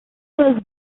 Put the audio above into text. was